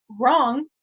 wrong